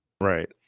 Right